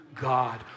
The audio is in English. God